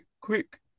quick